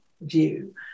view